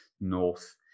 north